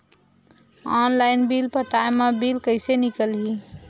Online bill पटाय मा bill कइसे निकलही?